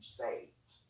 saved